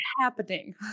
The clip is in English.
happening